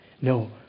No